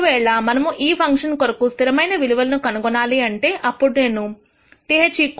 ఒకవేళ మనము ఈ ఫంక్షన్ కొరకు స్థిరమైన విలువలను కనుగొనాలి అంటే అప్పుడు నేను th k